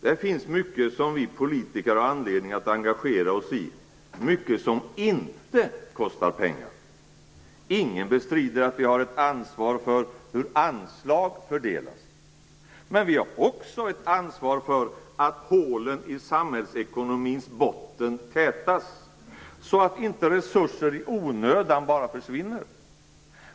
Det finns mycket som vi politiker har anledning att engagera oss i, mycket som inte kostar pengar. Ingen bestrider att vi har ett ansvar för hur anslag fördelas. Men vi har också ett ansvar för att hålen i samhällsekonomins botten tätas, så att inte resurser i onödan bara försvinner.